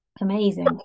amazing